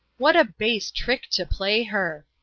what a base trick to play her!